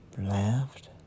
laughed